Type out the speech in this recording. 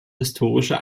historische